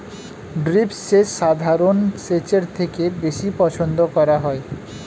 drip সেচ সাধারণ সেচের থেকে বেশি পছন্দ করা হয়